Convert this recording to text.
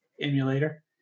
emulator